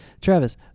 Travis